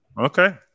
Okay